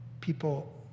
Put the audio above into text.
People